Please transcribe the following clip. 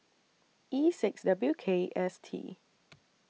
E six W K S T